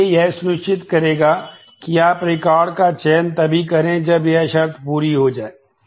इसलिए यह सुनिश्चित करेगा कि आप रिकॉर्ड का चयन तभी करें जब यह शर्त पूरी हो जाए